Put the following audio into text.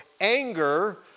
anger